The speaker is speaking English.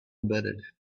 embedded